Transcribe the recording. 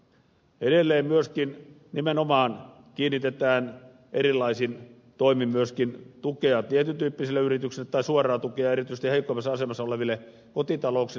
edelleen myöskin nimenomaan kiinnitetään huomiota siihen että erilaisin toimin on suunnattava myöskin tukea tietyn tyyppisille yrityksille tai suoraa tukea erityisesti heikoimmassa asemassa oleville kotitalouksille